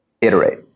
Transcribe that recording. iterate